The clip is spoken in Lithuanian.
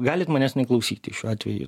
galit manęs neklausyti šiuo atveju